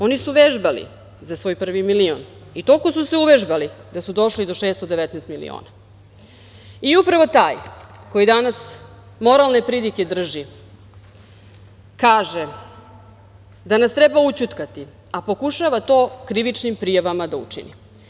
Oni su vežbali za svoj prvi milion i toliko su se uvežbali da su došli do 619 miliona, Upravo taj koji danas moralne pridike drži kaže da nas treba ućutkati, a pokušava to krivičnim prijavama da učini.